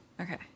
Okay